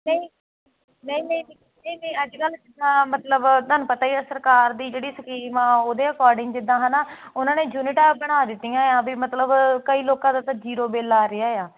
ਨਹੀਂ ਨਹੀਂ ਨਹੀਂ ਨਹੀਂ ਨਹੀਂ ਅੱਜ ਕੱਲ੍ਹ ਜਿੱਦਾਂ ਮਤਲਬ ਤੁਹਾਨੂੰ ਪਤਾ ਹੀ ਸਰਕਾਰ ਦੀ ਜਿਹੜੀ ਸਕੀਮ ਆ ਉਹਦੇ ਅਕੋਰਡਿੰਗ ਜਿੱਦਾਂ ਹੈਨਾ ਉਹਨਾਂ ਨੇ ਯੂਨਿਟਾਂ ਬਣਾ ਦਿੱਤੀਆਂ ਆ ਮਤਲਬ ਕਈ ਲੋਕਾਂ ਦਾ ਤਾਂ ਜੀਰੋ ਬਿਲ ਆ ਰਿਹਾ ਆ